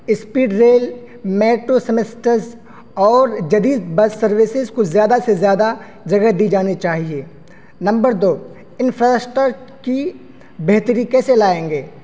speed rail metro سمسٹز اور جدید بس سروسز کو زیادہ سے زیادہ جگہ دی جانی چاہیے نمبر دو انفرا سٹٹ کی بہتری کیسے لائیں گے